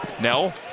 Nell